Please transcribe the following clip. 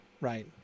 right